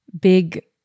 big